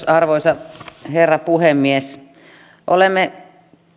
arvoisa herra puhemies olemme